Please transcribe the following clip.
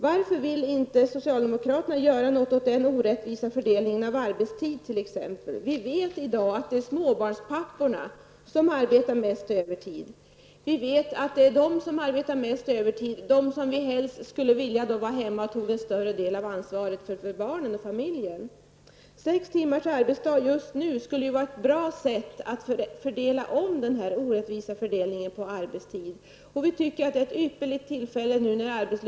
Varför vill inte socialdemokraterna göra något åt t.ex. den orättvisa fördelningen av arbetstiden? Vi vet i dag att de som arbetar mest övertid är småbarnspapporna, de som vi helst skulle vilja var hemma och tog en större del av ansvaret för barnen och familjen. Att nu införa sex timmars arbetsdag skulle vara ett bra sätt att ändra på den orättvisa fördelningen av arbetstiden. Vi tycker att vi nu, när arbetslösheten ökar, har ett ypperligt tillfälle att göra detta.